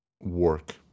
work